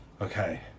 Okay